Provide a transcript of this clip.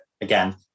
Again